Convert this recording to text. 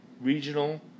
regional